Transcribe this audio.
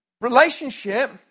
Relationship